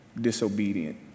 disobedient